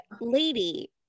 lady